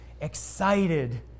excited